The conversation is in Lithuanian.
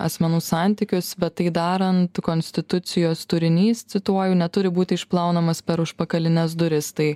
asmenų santykius bet tai darant konstitucijos turinys cituoju neturi būti išplaunamas per užpakalines duris tai